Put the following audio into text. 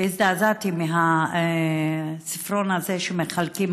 והזדעזעתי מהספרון הזה שמחלקים,